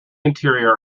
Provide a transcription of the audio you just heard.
interior